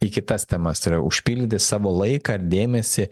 į kitas temas tai yra užpildyti savo laiką ir dėmesį